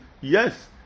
yes